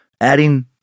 Adding